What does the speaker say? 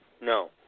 No